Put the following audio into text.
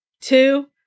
two